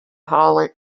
holly